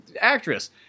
actress